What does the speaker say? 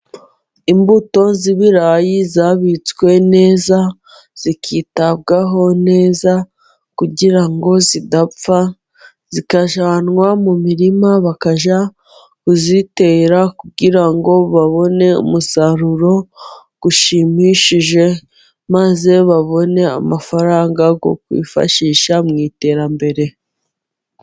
Imbuto y'ibirayi yabitswe neza zikitabwaho neza kugira ngo zidapfa, zikajyananwa mu mirima bakajya kuzitera, kugira ngo babone umusaruro ushimishije, maze babone amafaranga yo kwifashisha mu iterambere.